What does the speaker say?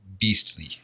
beastly